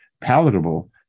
palatable